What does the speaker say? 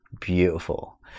beautiful